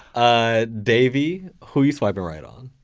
ah davey, who you swiping right on?